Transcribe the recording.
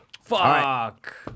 fuck